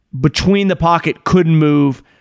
between-the-pocket-couldn't-move